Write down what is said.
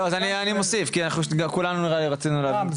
ואני אוסיף גם כולנו רצינו להבין.